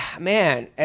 man